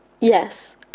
yes